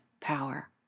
power